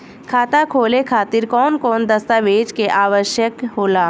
खाता खोले खातिर कौन कौन दस्तावेज के आवश्यक होला?